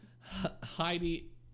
Heidi